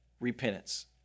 repentance